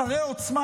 שרי עוצמה